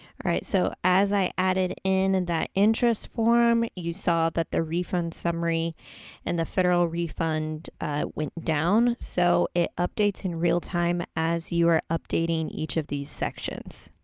right, right, so, as i added in and the interest form, you saw that the refund summary and the federal refund went down. so, it updates in real time as you are updating each of these sections.